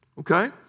Okay